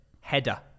header